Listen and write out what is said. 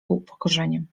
upokorzeniem